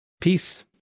Peace